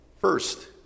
First